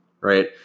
Right